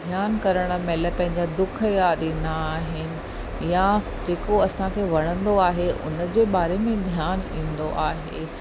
ध्यानु करण महिल पंहिंजा दुख यादि ईंदा आहिनि या जेको असांखे वणंदो आहे उनजे बारे में ध्यानु ईंदो आहे